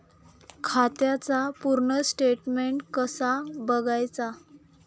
खात्याचा पूर्ण स्टेटमेट कसा बगायचा?